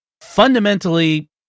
fundamentally